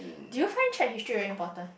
do you find check history very important